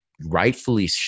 rightfully